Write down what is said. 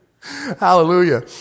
Hallelujah